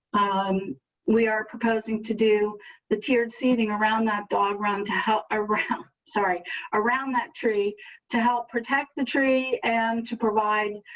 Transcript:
um we are proposing to do the tiered seeding around that dog round to help around sorry around that tree to help protect the tree and to provide